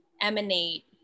emanate